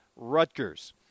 Rutgers